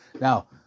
Now